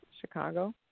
Chicago